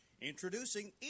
Introducing